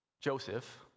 Joseph